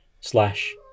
slash